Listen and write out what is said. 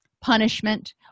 punishment